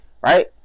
Right